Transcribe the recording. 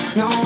no